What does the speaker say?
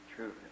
True